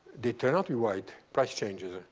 they turned out to be white, price changes.